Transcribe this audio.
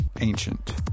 ancient